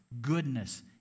goodness